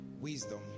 wisdom